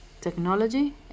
Technology